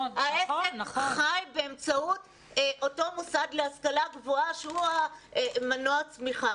העסק חי באמצעות אותו מוסד להשכלה גבוהה שהוא מנוע הצמיחה.